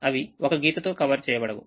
అవి ఒక గీతతో కవర్ చేయబడవు